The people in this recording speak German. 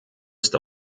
ist